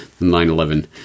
9-11